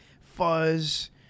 fuzz